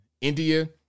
India